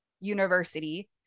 university